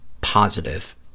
positive